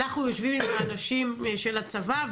אנחנו יושבים עם האנשים של הצבא,